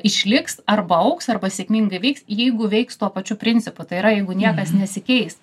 išliks arba augs arba sėkmingai veiks jeigu veiks tuo pačiu principu tai yra jeigu niekas nesikeis